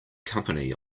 company